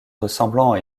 ressemblant